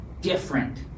different